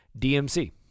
DMC